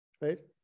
right